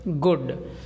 good